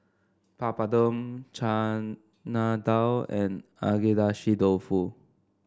Papadum Chana Dal and Agedashi Dofu